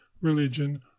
religion